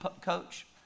coach